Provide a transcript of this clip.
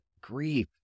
grief